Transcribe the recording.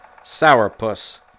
Sourpuss